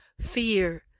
fear